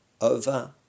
over